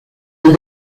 del